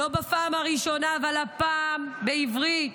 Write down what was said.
לא בפעם הראשונה, אבל הפעם בעברית,